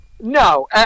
No